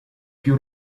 più